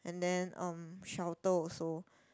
and then um shelter also